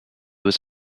was